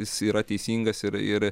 jis yra teisingas ir ir